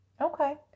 okay